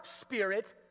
spirit